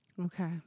Okay